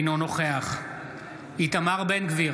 אינו נוכח איתמר בן גביר,